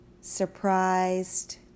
surprised